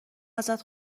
ازت